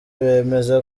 bemeza